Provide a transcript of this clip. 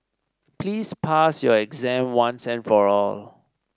please pass your exam once and for all